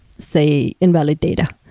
say, invalid data.